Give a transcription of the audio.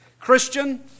Christian